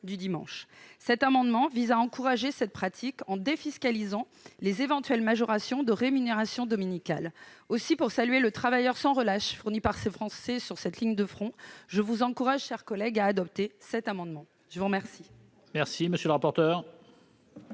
du dimanche. Cet amendement vise à encourager cette pratique en défiscalisant les éventuelles majorations de rémunération dominicale. Pour saluer le travail fourni sans relâche par ces Français sur cette ligne de front, je vous encourage, mes chers collègues, à adopter cet amendement. Quel